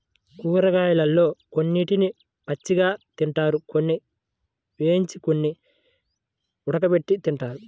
కూరగాయలలో కొన్నిటిని పచ్చిగా తింటారు, కొన్ని వేయించి, కొన్ని ఉడకబెట్టి తింటారు